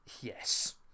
Yes